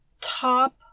top